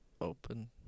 Open